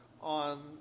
on